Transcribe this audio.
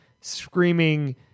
screaming